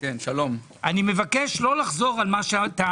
אני מבקש לא לחזור על מה שטענתם.